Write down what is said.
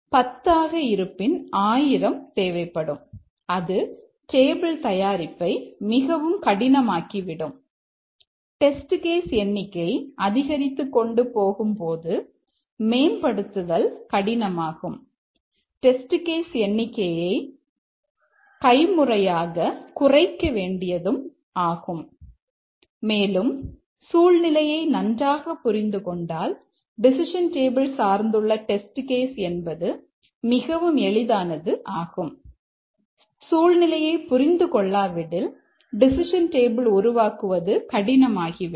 10 இருப்பின் 1000 தேவைப்படும் அது டேபிள் தயாரிப்பை மிகவும் கடினமாகிவிடும் டெஸ்ட் கேஸ் உருவாக்குவது கடினம் ஆகிவிடும்